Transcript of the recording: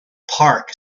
park